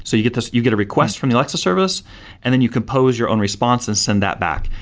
so you get you get a request from the alexa service and then you compose your own response and send that back.